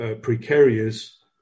precarious